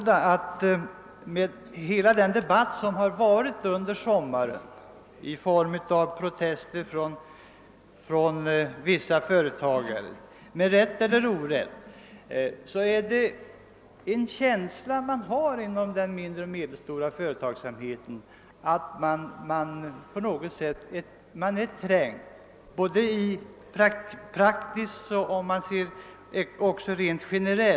Den debatt som har förts under sommaren och de protester som med rätt eller orätt har riktats mot vissa företagare har givit den mindre och medelstora företagsamheten en känsla av att man är trängd i både praktiskt och principiellt avseende.